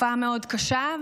תופעה מאוד קשה.